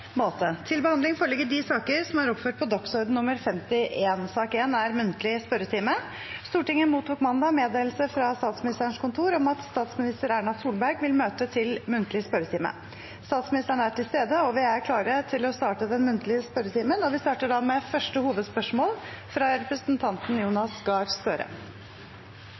Stortinget mottok mandag meddelelse fra Statsministerens kontor om at statsminister Erna Solberg vil møte til muntlig spørretime. Statsministeren er til stede, og vi er klare til å starte den muntlige spørretimen. Vi starter da med første hovedspørsmål, fra representanten Jonas Gahr Støre.